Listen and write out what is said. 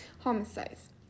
Homicides